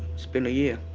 it's been a year.